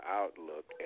outlook